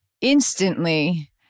instantly